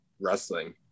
wrestling